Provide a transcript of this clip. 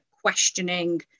questioning